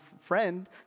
friend